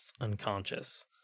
unconscious